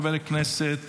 חבר הכנסת